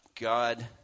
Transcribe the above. God